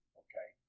okay